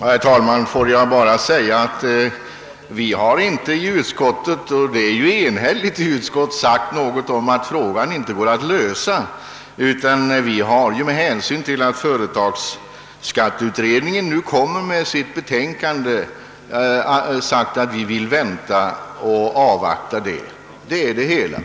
Herr talman! Får jag bara påpeka att vi inte i utskottet — och utlåtandet är ju enhälligt — sagt något om att frågan inte går att lösa. Med hänsyn till att företagsskatteutredningen nu framlägger sitt betänkande har vi bara ansett att man bör avvakta detta betänkande.